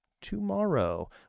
tomorrow